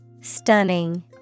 Stunning